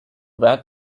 that